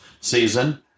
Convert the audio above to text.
season